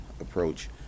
approach